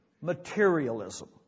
materialism